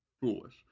foolish